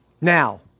Now